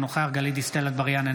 אינו נוכח גלית דיסטל אטבריאן,